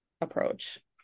approach